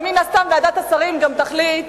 ומן הסתם ועדת השרים גם תחליט